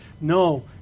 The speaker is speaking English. No